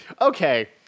Okay